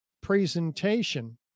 presentation